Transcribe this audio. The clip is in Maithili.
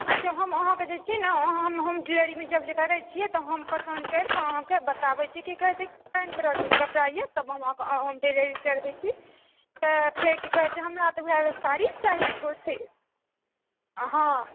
अच्छा हम अहाँके जे छी ने हम हम होम डिलिवरी जे करैत छियै तऽ हम पसन्द करि कऽ अहाँके बताबैत छी कि की कहैत छै कि कौन तरहके कपड़ा यए तब हम अहाँके हम होम डिलिवरी करबैत छी आओर फेर की कहैत छै हमरा तऽ उएह साड़ी चाही कुर्ती हँ